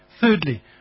Thirdly